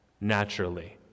naturally